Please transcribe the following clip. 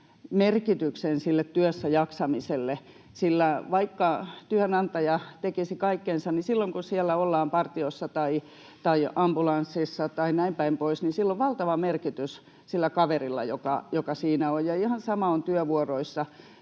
merkityksen työssäjaksamiselle. Sillä vaikka työnantaja tekisi kaikkensa, niin silloin kun ollaan partiossa tai ambulanssissa tai näinpäin pois, on valtava merkitys sillä kaverilla, joka siinä on, ja ihan sama on työvuoroissa.